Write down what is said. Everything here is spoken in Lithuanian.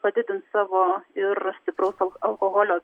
padidins savo ir stipraus al alkoholio